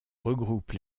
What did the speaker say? regroupent